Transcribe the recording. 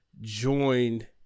joined